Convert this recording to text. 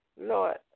Lord